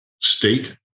state